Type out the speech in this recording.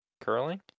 curling